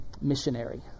missionary